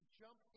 jump